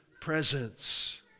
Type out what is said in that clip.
presence